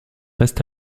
reste